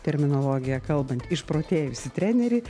terminologija kalbant išprotėjusį trenerį